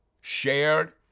shared